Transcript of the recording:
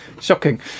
shocking